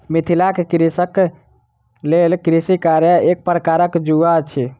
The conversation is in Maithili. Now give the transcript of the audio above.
मिथिलाक कृषकक लेल कृषि कार्य एक प्रकारक जुआ अछि